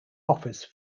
office